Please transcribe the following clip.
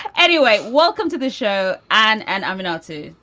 anyway, welcome to the show. and and i'm not too.